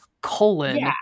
colon